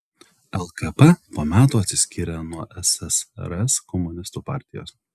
lkp po metų atsiskyrė nuo ssrs komunistų partijos